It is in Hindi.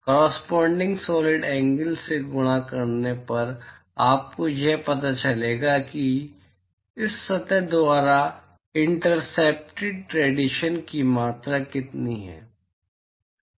कॉरसपॉंडिंग सॉलिड एंगल से गुणा करने पर आपको यह पता चलेगा कि इस सतह द्वारा इंटरसेप्टेड रेडिएशन की मात्रा कितनी है